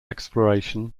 exploration